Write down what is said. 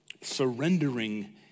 surrendering